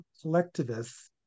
collectivists